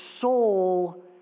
soul